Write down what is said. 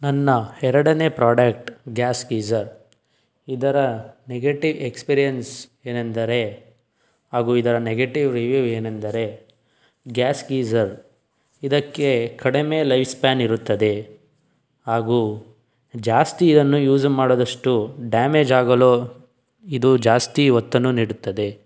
ನನ್ನ ಎರಡನೇ product gas geyser ಇದರ ನೆಗಟಿವ್ ಎಕ್ಸ್ಪಿರಿಯನ್ಸ್ ಏನೆಂದರೆ ಹಾಗು ಇದರ ನೆಗೆಟಿವ್ ರಿವ್ಯೂ ಏನೆಂದರೆ ಗ್ಯಾಸ್ ಗೀಝರ್ ಇದಕ್ಕೆ ಕಡಮೆ ಲೈಫ್ಸ್ಪ್ಯಾನ್ ಇರುತ್ತದೆ ಹಾಗು ಜಾಸ್ತಿ ಇದನ್ನು ಯೂಸ್ ಮಾಡಿದಷ್ಟು ಡ್ಯಾಮೇಜ್ ಆಗಲು ಇದು ಜಾಸ್ತಿ ಒತ್ತನ್ನು ನೀಡುತ್ತದೆ